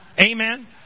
Amen